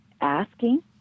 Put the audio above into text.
Asking